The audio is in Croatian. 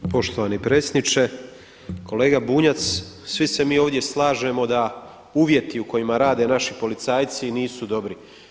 Poštovani predsjedniče, kolega Bunjac svi se mi ovdje slažemo da uvjeti u kojima rade naši policajci nisu dobri.